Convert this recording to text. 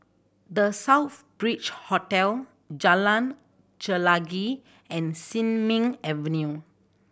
The Southbridge Hotel Jalan Chelagi and Sin Ming Avenue